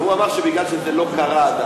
והוא אמר שמכיוון שזה לא קרה עדיין,